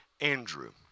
Andrew